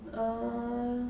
err